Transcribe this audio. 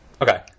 Okay